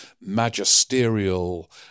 magisterial